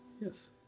Yes